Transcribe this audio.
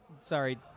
sorry